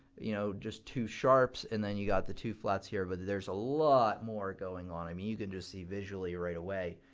you know just two sharps and then you got the two flats here. but there's a lot more going on. i mean you can just see visually right away.